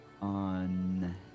On